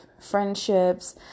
friendships